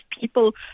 people